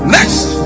Next